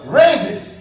raises